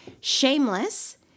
Shameless